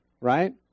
right